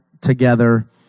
together